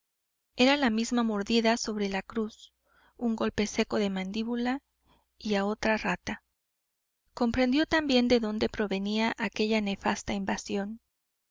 era la misma mordida sobre la cruz un golpe seco de mandíbula y a otra rata comprendió también de dónde provenía aquella nefasta invasión